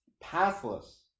Pathless